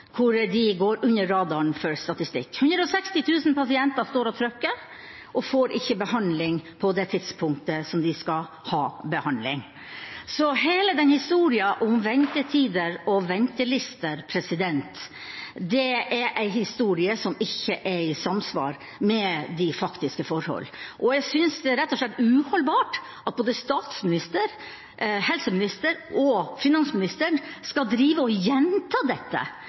hvor de går under radaren for statistikk. 160 000 pasienter står og trykker, og får ikke behandling på det tidspunktet de skal ha behandling. Hele historien om ventetider og ventelister er en historie som ikke er i samsvar med de faktiske forhold. Jeg synes det er rett og slett uholdbart at både statsministeren, helseministeren og finansministeren skal drive og gjenta dette,